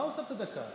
הוספתי לך דקה.